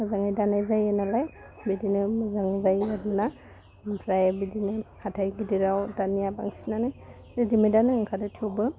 मोजाङै दानाय जायो नालाइ बिदिनो मोजाङै दायो आरो ना आमफ्राय बिदिनो हाथाइ गिदिराव दानिया बांसिनानो रेडिमेदानो ओंखारो थेवबो